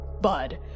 Bud